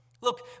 Look